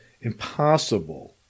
impossible